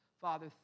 Father